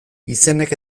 izenek